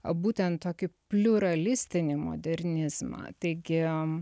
būtent tokį pliuralistinį modernizmą taigi